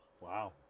Wow